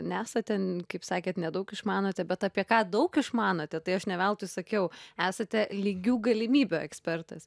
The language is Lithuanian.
nesate n kaip sakėt nedaug išmanote bet apie ką daug išmanote tai aš ne veltui sakiau esate lygių galimybių ekspertas